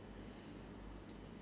can we out